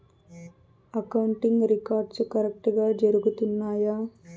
accounting records కరెక్టుగా జరుగుతున్నాయా